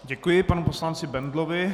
Děkuji panu poslanci Bendlovi.